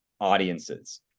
audiences